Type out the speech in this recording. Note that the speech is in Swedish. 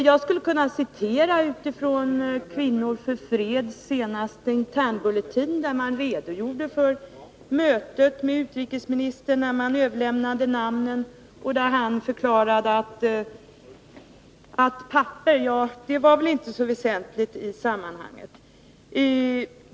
Jag skulle kunna citera ur Kvinnor för freds senaste internbulletin, där man redogör för mötet med utrikesministern i samband med överlämnandet av namnunderskrifterna. Utrikesministern förklarade då att papper var väl inte så väsentligt i sammanhanget.